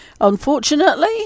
Unfortunately